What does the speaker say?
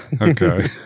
Okay